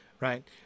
Right